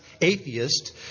atheist